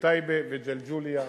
בטייבה וג'לג'וליה,